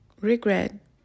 Regret